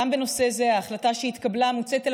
גם בנושא זה ההחלטה שהתקבלה יוצאת אל